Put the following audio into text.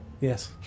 Yes